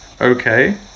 okay